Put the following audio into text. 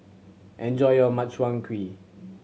enjoy your Makchang Gui